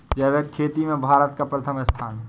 जैविक खेती में भारत का प्रथम स्थान